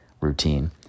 routine